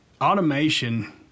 automation